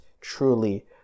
truly